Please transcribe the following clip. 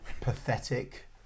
pathetic